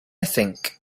think